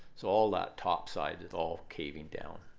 so all that topside is all caving down,